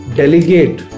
delegate